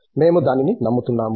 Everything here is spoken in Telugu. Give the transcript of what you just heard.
మేము దానిని నమ్ముతున్నాము